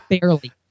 Barely